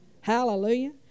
Hallelujah